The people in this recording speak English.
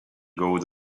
gold